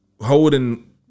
Holding